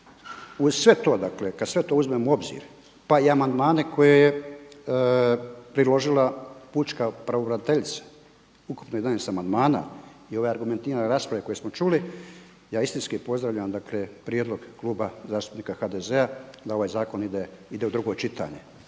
Uz sve to kada sve to uzmemo u obzir pa i amandmane koje je predložila pučka pravobraniteljica, ukupno 11 amandmana i ove argumentirane rasprave koje smo čuli, ja istinski pozdravljam prijedlog Kluba zastupnika HDZ-a da ovaj zakon ide u drugo čitanje